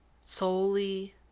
solely